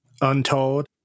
untold